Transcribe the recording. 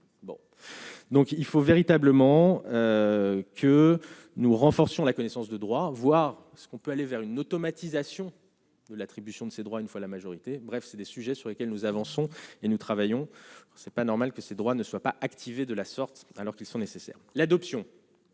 Donc il faut véritablement que nous renforcions la connaissance de droit, voir ce qu'on peut aller vers une automatisation. L'attribution de ces droits, une fois la majorité, bref c'est des sujets sur lesquels nous avançons et nous travaillons, c'est pas normal que ces droits ne soient pas activé de la sorte, alors qu'ils sont nécessaires à l'adoption.